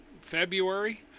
February